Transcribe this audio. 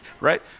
Right